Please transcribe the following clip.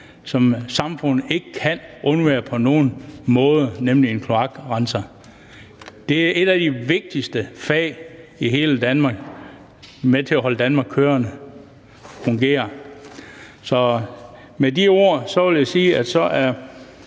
som samfundet ikke kan undvære på nogen måde, nemlig kloakrensning. Det er et af de vigtigste fag i hele Danmark. Det er med til at holde Danmark kørende og fungerende. Så med de ord vil jeg sige, at vi er